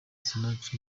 sinach